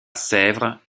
sèvres